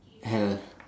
hell